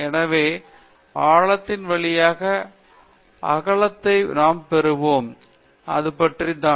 எனவே ஆழத்தின் வழியாக அகலத்தை நாம் பெறுகிறோம் இது பற்றி தான்